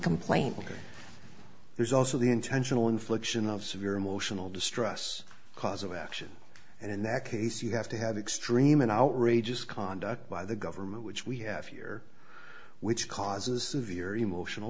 complaint there's also the intentional infliction of severe emotional distress because of action and in that case you have to have extreme and outrageous conduct by the government which we have here which causes severe emotional